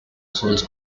souls